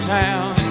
town